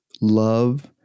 love